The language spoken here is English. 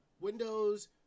windows